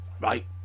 right